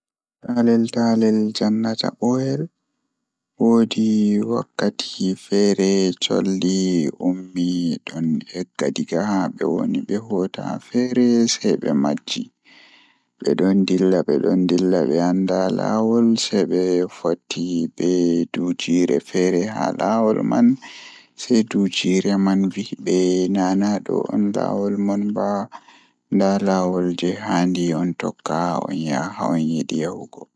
Taalel taalel jannata booyel, Woodi wakaati feere kolekole don dilla haa dow mayo kombuwal kenan don dilla sei ndiyam manga wari ilni kombuwal man yahi sakkini dum haa hunduko maayo debbo feere wari haalota kare maako sei o hefti bingel haa nder kombuwal man nden debbo man meedaaka danyugo.